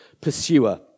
pursuer